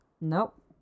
Nope